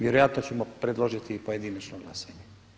Vjerojatno ćemo predložiti pojedinačno glasanje.